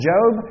Job